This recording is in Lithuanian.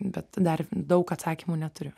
bet dar daug atsakymų neturiu